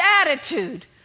attitude